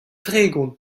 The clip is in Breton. tregont